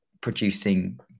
producing